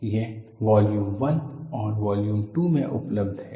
यह वॉल्यूम 1 और 2 में उपलब्ध है